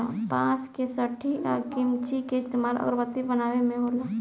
बांस के सठी आ किमची के इस्तमाल अगरबत्ती बनावे मे होला